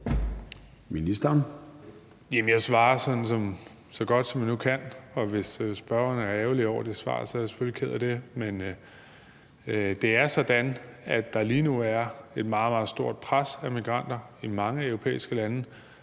Jeg svarer så godt, som jeg nu kan, og hvis spørgeren er ærgerlig over det svar, er jeg selvfølgelig ked af det. Men det er sådan, at der lige nu er et meget, meget stort pres af migranter i mange europæiske lande,